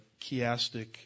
chiastic